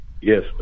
Yes